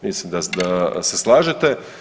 Mislim da se slažete.